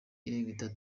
irenga